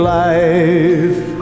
life